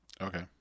Okay